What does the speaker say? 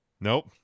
Nope